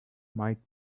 might